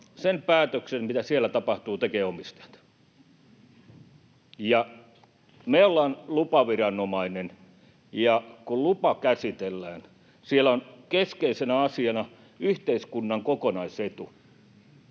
Sen päätöksen, mitä siellä tapahtuu, tekevät omistajat. Me ollaan lupaviranomainen, ja kun lupa käsitellään, siellä on keskeisenä asiana yhteiskunnan kokonaisetu.